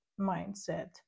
mindset